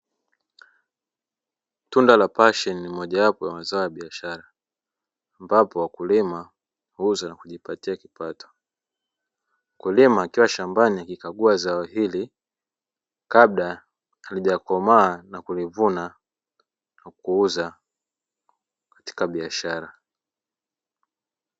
Tunda la pasheni mojawapo ya mazao ya biashara, ambapo wakulima huuza na kujipatia kipato, mkulima akiwa shambani akikagua zao hili kabla hajakomaa na kunivuna kuuza katika biashara.